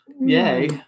Yay